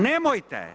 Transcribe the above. Nemojte.